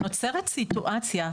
שנוצרת סיטואציה,